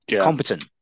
competent